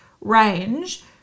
range